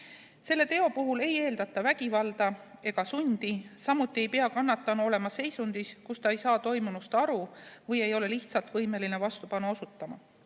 Selle teo puhul ei eeldata vägivalda ega sundi. Samuti ei pea kannatanu olema seisundis, kus ta ei saa toimunust aru või ei ole lihtsalt võimeline vastupanu osutama.